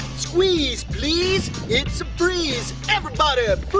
squeeze please, it's a breeze. everybody